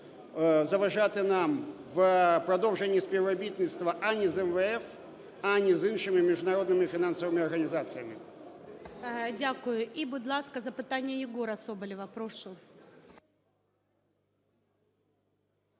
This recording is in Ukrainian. заважати нам в продовженні співробітництва ані з МВФ, ані з іншими міжнародними фінансовими організаціями. ГОЛОВУЮЧИЙ. Дякую. І, будь ласка, запитання Єгора Соболєва. Прошу.